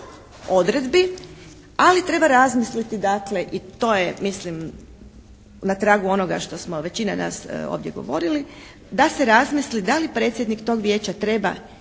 odredbi, ali treba razmisliti dakle i to je mislim na tragu onoga što smo većina nas ovdje govorili da se razmisli da li predsjednik tog Vijeća treba